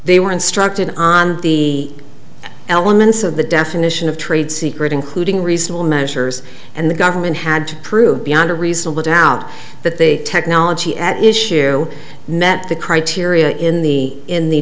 they were instructed on the elements of the definition of trade secret including reasonable measures and the government had to prove beyond a reasonable doubt that the technology at issue met the criteria in the in the